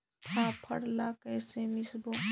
फाफण ला कइसे मिसबो?